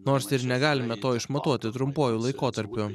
nors ir negalime to išmatuoti trumpuoju laikotarpiu